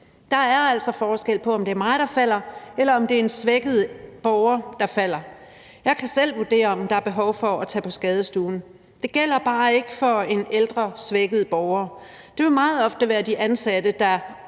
Der er altså forskel på, om det er mig, der falder, eller om det er en svækket borger, der falder. Jeg kan selv vurdere, om der er behov for at tage på skadestuen, men det gælder bare ikke for en ældre, svækket borger. Det vil meget ofte være de ansatte, der